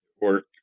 Work